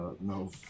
No